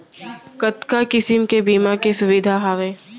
कतका किसिम के बीमा के सुविधा हावे?